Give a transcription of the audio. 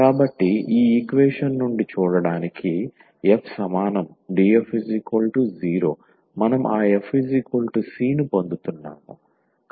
కాబట్టి ఈ ఈక్వేషన్ నుండి చూడటానికి f సమానం df 0 మనం ఆ fc ను పొందుతున్నాము